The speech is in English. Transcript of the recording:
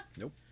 Nope